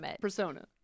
Persona